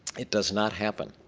it does not happen.